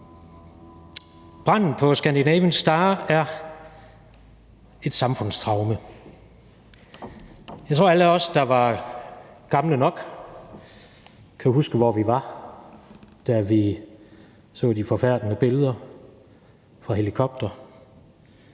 Branden på »Scandinavian Star« er et samfundstraume. Jeg tror, at alle os, der var gamle nok, kan huske, hvor vi var, da vi så de forfærdende billeder fra helikoptere